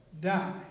die